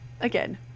again